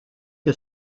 que